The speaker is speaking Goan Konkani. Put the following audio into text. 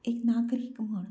एक नागरीक म्हण